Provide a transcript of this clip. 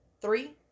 Three